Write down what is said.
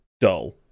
dull